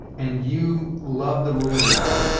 and you love the rule of law,